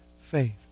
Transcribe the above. faith